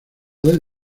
del